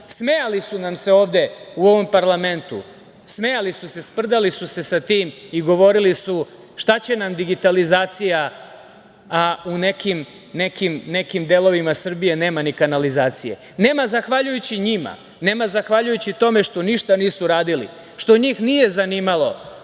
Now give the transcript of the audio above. Smejali su nam se ovde u ovom parlamentu, smejali su se i sprdali sa tim i govori šta će nam digitalizacija, a u nekim delovima Srbije nema ni kanalizacije. Nema zahvaljujući njima, nema zahvaljujući tome što ništa nisu radili, što njih nije zanimalo